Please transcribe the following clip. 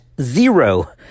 zero